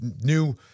new